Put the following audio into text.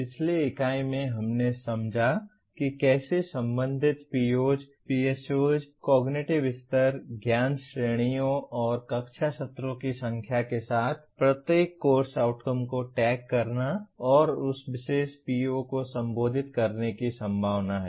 पिछली इकाई में हमने समझा कि कैसे संबंधित POs PSOs कॉग्निटिव स्तर ज्ञान श्रेणियों और कक्षा सत्रों की संख्या के साथ प्रत्येक कोर्स आउटकम को टैग करना और उस विशेष PO को संबोधित करने की संभावना है